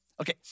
Okay